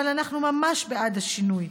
אבל ממש בעד השינוי,